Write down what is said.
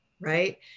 right